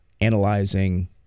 analyzing